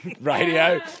radio